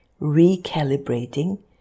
recalibrating